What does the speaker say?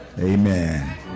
Amen